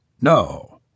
no